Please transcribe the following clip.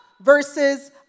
versus